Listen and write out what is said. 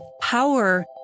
power